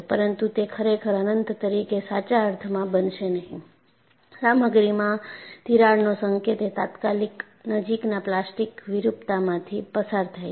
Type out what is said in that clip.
પરંતુ તે ખરેખર અનંત તરીકે સાચા અર્થમાં બનશે નહીં સામગ્રીમાં તિરાડ નો સંકેત એ તાત્કાલિક નજીકના પ્લાસ્ટિક વિરૂપતામાંથી પસાર થાય છે